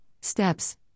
Steps